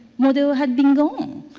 model had been gone.